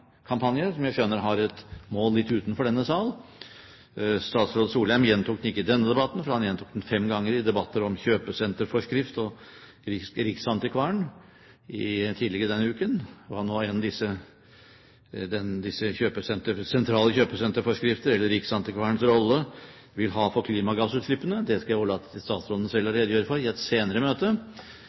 kampanje, som jeg skjønner har et mål litt utenfor denne sal. Statsråd Solheim gjentok den ikke i denne debatten, for han gjentok den fem ganger i debatten om kjøpesenterforskrift og riksantikvaren tidligere denne uken. Hva nå enn disse sentrale kjøpesenterforskrifter eller riksantikvarens rolle vil ha å si for klimagassutslippene, skal jeg overlate til statsråden selv å redegjøre for i et senere møte.